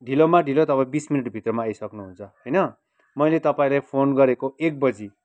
ढिलोमा ढिलो तपाईँ बिस मिनेटभित्रमा आइसक्नु हुन्छ होइन मैले तपाईँलाई फोन गरेको एक बजी